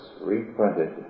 reprinted